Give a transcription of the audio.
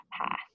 path